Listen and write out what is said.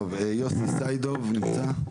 בסדר טוב, יוסי סעידוב נמצא?